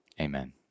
Amen